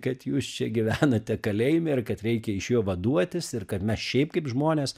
kad jūs čia gyvenate kalėjime ir kad reikia iš jo vaduotis ir kad mes šiaip kaip žmonės